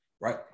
Right